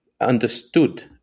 understood